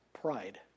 pride